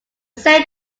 saint